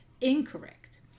incorrect